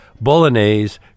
bolognese